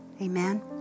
Amen